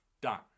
done